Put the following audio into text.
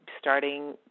starting